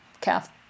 calf